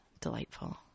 delightful